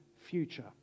future